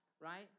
Right